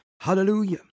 Hallelujah